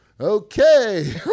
okay